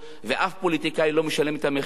ואף פוליטיקאי לא משלם את המחיר,